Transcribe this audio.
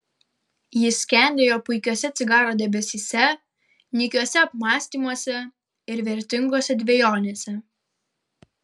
jis skendėjo puikiuose cigaro debesyse nykiuose apmąstymuose ir vertingose dvejonėse